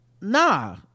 nah